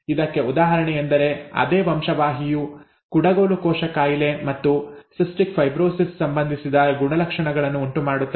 ಇದಕ್ಕೆ ಉದಾಹರಣೆಯೆಂದರೆ ಅದೇ ವಂಶವಾಹಿಯು ಕುಡಗೋಲು ಕೋಶ ಕಾಯಿಲೆ ಮತ್ತು ಸಿಸ್ಟಿಕ್ ಫೈಬ್ರೋಸಿಸ್ ಸಂಬಂಧಿಸಿದ ರೋಗಲಕ್ಷಣಗಳನ್ನು ಉಂಟುಮಾಡುತ್ತದೆ